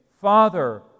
Father